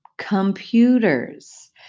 Computers